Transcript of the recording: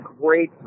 great